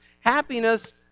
Happiness